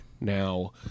now